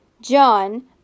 John